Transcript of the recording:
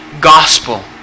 gospel